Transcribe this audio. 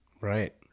right